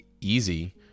easy